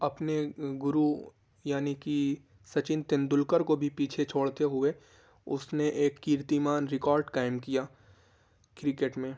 اپنے گرو یعنی کہ سچن تندولکر کو بھی پیچھے چھوڑتے ہوئے اس نے ایک کیرتیمان ریکارڈ کائم کیا کرکٹ میں